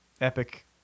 epic